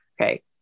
okay